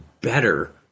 better